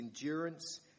endurance